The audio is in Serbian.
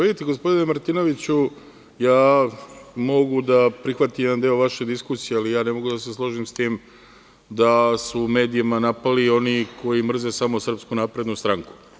Vidite, gospodine Martinoviću, ja mogu da prihvatim jedan deo vaše diskusije, ali ja ne mogu da se složim sa tim da su medijima napali oni koji mrze samo SNS.